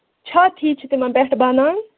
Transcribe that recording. چھَتھ ہِوِۍ چھِ تِمن پٮ۪ٹھ بَنان